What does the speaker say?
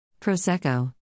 Prosecco